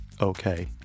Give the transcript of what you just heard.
Okay